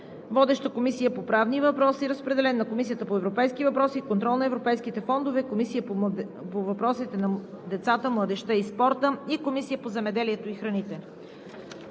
Водеща е Комисията по правни въпроси. Разпределен е на: Комисията по европейски въпроси и контрол на европейските фондове, Комисията по въпросите на децата, младежта и спорта и Комисията по земеделието и храните.